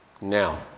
Now